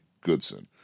Goodson